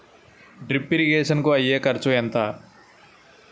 Drip irrigation కూ అయ్యే ఖర్చు ఎంత?